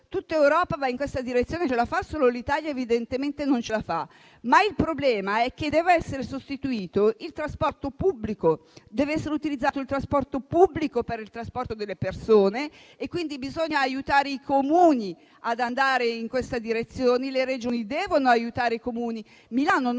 Tutta l'Europava in questa direzione e ce la fa, solo l'Italia evidentemente non ci riesce. Il problema, però, è che deve essere sostituito il trasporto pubblico; deve essere utilizzato il trasporto pubblico per gli spostamenti delle persone, quindi bisogna aiutare i Comuni ad andare in questa direzione. Le Regioni devono aiutare i Comuni. Milano non